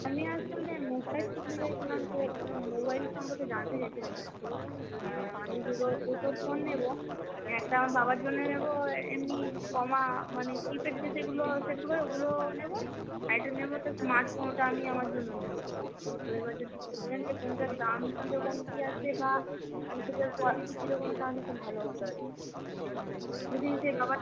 আমি আসলে মোবাইল কিনতে চাইছিলাম তো দাদা মোবাইল সম্পর্কে জানতে চাইছিলাম আর কি আমি দুটো দুটো ফোন নেব একটা আমার বাবার জন্যে নেব এএমনি কমা মানে কিপ্যাড দিয়ে যেগুলো সেটগুলো হয় ওগুলো নেব আরেকটা নেব হচ্ছে স্মার্টফোন ওটা আমি আমার জন্য নেব তো তো এবার যদি বলতেন যে কোনটার দাম কীরকম কী আছে বা সেটার কোয়ালিটি কীরকম তাহলে একটু ভালো হতো আর কি যদি সে বাবার